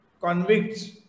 convicts